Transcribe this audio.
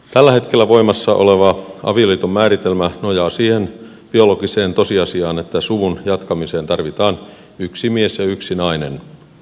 tällä hetkellä voimassa oleva avioliiton määritelmä nojaa siihen biologiseen tosiasiaan että suvun jatkamiseen tarvitaan yksi mies ja yksi nainen